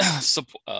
support